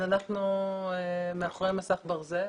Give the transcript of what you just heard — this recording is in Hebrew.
אז אנחנו מאחורי מסך ברזל.